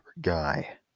guy